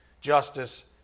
justice